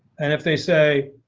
and if they say,